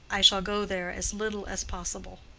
i shall go there as little as possible.